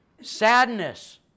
Sadness